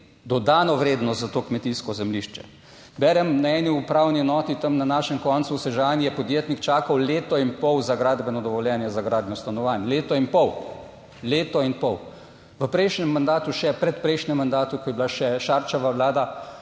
dodano vrednost za to kmetijsko zemljišče. Berem na eni upravni enoti tam na našem koncu v Sežani je podjetnik čakal leto in pol za gradbeno dovoljenje za gradnjo stanovanj, leto in pol. Leto in pol. V prejšnjem mandatu, še predprejšnjem mandatu, ko je bila še Šarčeva vlada,